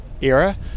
era